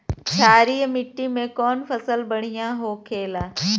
क्षारीय मिट्टी में कौन फसल बढ़ियां हो खेला?